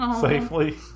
safely